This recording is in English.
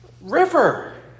river